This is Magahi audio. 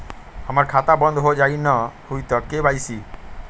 हमर खाता बंद होजाई न हुई त के.वाई.सी?